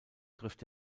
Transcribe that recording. trifft